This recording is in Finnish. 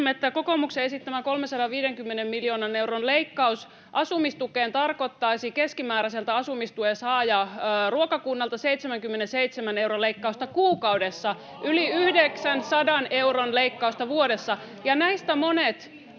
että kokoomuksen esittämä 350 miljoonan euron leikkaus asumistukeen tarkoittaisi keskimääräiseltä asumistuen saajaruokakunnalta 77 euron leikkausta kuukaudessa, [Vasemmalta: Ohhoh!] yli 900 euron leikkausta vuodessa.